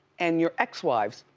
and your ex-wives.